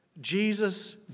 Jesus